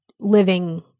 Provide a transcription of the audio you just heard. Living